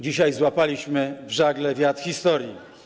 Dzisiaj złapaliśmy w żagle wiatr historii.